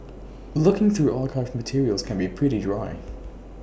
looking through archived materials can be pretty dry